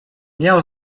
miał